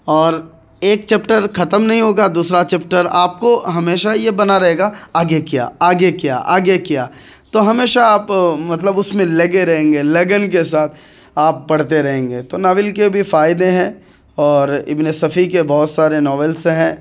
اور ایک چیپٹر ختم نہیں ہوگا دوسرا چیپٹر آپ کو ہمیشہ یہ بنا رہے گا آگے کیا آگے کیا آگے کیا تو ہمیشہ آپ مطلب اس میں لگے رہیں گے لگن کے ساتھ آپ پڑھتے رہیں گے تو ناول کے بھی فائدے ہیں اور ابنِ صفی کے بہت سارے ناولس ہیں